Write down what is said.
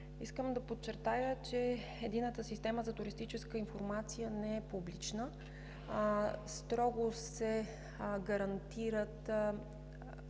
Искам да подчертая, че Единната система за туристическа информация не е публична. Строго се гарантират